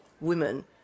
women